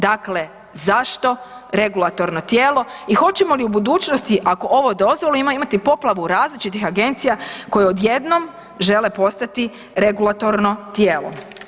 Dakle, zašto regulatorno tijelo i hoćemo li u budućnosti ako ovo dozvolimo imati poplavu različitih agencija koje odjednom žele postati regulatorno tijelo?